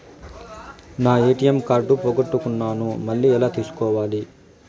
నా ATM card పోగొట్టుకున్నాను, మళ్ళీ ఎలా తీసుకోవాలి?